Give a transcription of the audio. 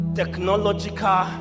technological